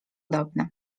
dobne